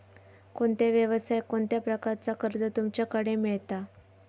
कोणत्या यवसाय कोणत्या प्रकारचा कर्ज तुमच्याकडे मेलता?